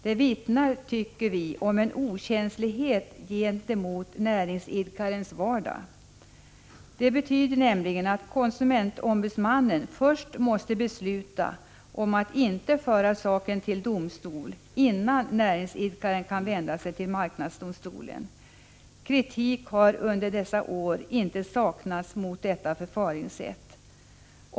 Det vittnar, tycker vi, om en okänslighet gentemot näringsidkarens vardag. Det betyder att KO först måste besluta om att inte föra saken till domstol, innan näringsidkaren kan vända sig till marknadsdomstolen. Kritik har under dessa år inte saknats mot detta förfaringssätt.